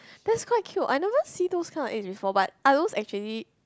that's quite cute I never see those kind of eggs before but are those actually